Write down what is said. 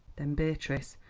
then beatrice,